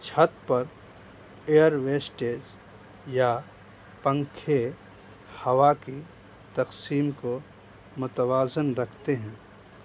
چھت پر ایئر ویسٹیج یا پنکھے ہوا کی تقسیم کو متوازن رکھتے ہیں